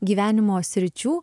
gyvenimo sričių